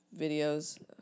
videos